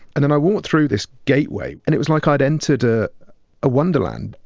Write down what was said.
and then i walked through this gateway, and it was like i'd entered a wonderland.